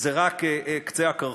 זה רק קצה הקרחון.